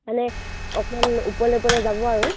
মানে আৰু